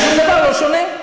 בשום דבר אני לא שונה.